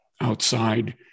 outside